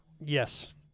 Yes